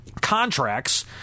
contracts